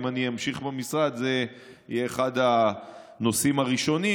ואם אני אמשיך במשרד זה יהיה אחד הנושאים הראשונים,